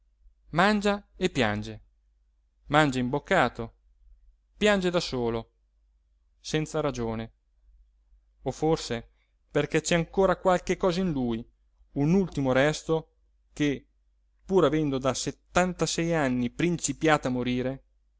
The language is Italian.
mangia e piange mangia imboccato piange da solo senza ragione o forse perché c'è ancora qualche cosa in lui un ultimo resto che pur avendo da settantasei anni principiato a morire